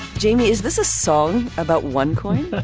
jamie, is this a song about onecoin?